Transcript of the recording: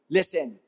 Listen